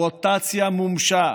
הרוטציה מומשה,